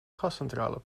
gascentrale